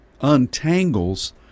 untangles